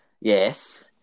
yes